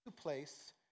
place